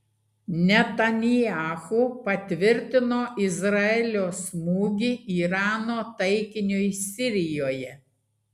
netanyahu patvirtino izraelio smūgį irano taikiniui sirijoje